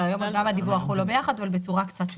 לא, היום הדיווח הוא לא ביחד, בצורה קצת שונה.